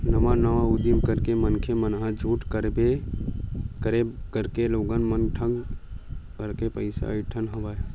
नवा नवा उदीम करके मनखे मन ह झूठ फरेब करके लोगन ल ठंग करके पइसा अइठत हवय